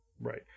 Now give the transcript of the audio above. Right